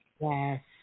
Yes